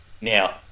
Now